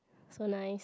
so nice